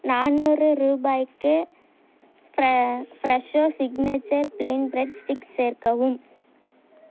நானூறு ரூபாய்க்கு ஃப்ரெ Fresho signature plain bread sticks சேர்க்கவும்